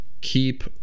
keep